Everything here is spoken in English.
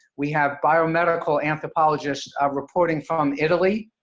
we have biomedical anthropologists ah reporting from italy,